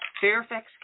Fairfax